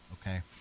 okay